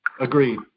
Agreed